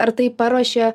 ar tai paruošė